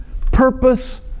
purpose